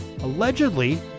Allegedly